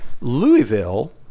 Louisville